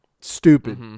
stupid